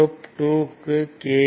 loop 2 க்கு K